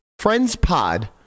FRIENDSPOD